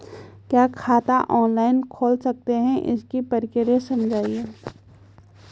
क्या खाता ऑनलाइन खोल सकते हैं इसकी प्रक्रिया समझाइए?